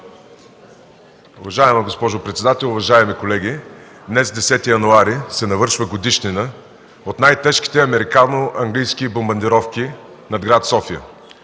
Уважаема госпожо председател, уважаеми колеги! Днес, 10 януари, се навършва годишнина от най-тежките американо-английски бомбардировки над гр. София.